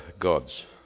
gods